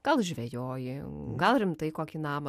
gal žvejoji gal rimtai kokį namą